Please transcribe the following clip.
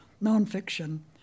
non-fiction